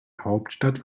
hauptstadt